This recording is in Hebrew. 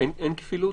אין כפילות?